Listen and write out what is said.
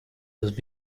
los